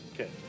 Okay